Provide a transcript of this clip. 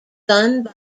done